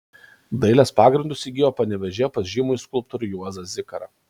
dailės pagrindus įgijo panevėžyje pas žymųjį skulptorių juozą zikarą